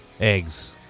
eggs